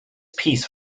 piece